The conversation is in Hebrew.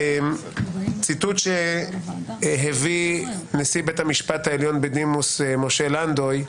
ציטוט שהביא נשיא בית המשפט העליון בדימוס משה לנדוי,